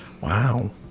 wow